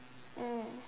mm